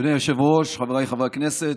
אדוני היושב-ראש, חבריי חברי הכנסת,